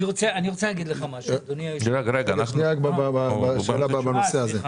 שאלה בנושא הזה.